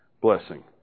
blessing